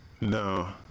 No